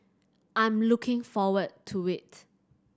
I'm looking forward to it